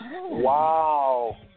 Wow